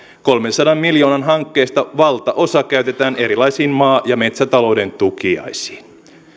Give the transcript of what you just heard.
kolmensadan miljoonan hankkeesta valtaosa käytetään erilaisiin maa ja metsätalouden tukiaisiin